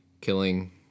killing